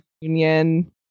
union